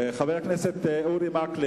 חבר הכנסת אורי מקלב,